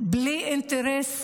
בלי אינטרס